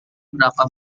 berapa